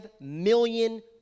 million